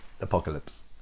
Apocalypse